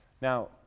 Now